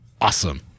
awesome